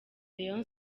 rayon